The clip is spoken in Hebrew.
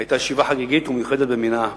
היתה ישיבה חגיגית ומיוחדת במינה.